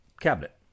cabinet